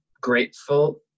grateful